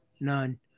none